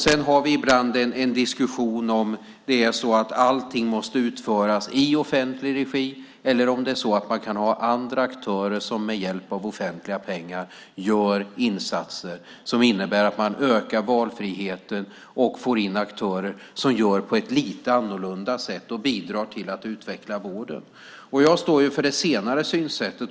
Sedan har vi ibland en diskussion om det är så att allting måste utföras i offentlig regi eller om man kan ha andra aktörer som med hjälp av offentliga pengar gör insatser som innebär att valfriheten ökar och man får in aktörer som gör på ett lite annorlunda sätt och bidrar till att utveckla vården. Jag står för det senare synsättet.